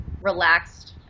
relaxed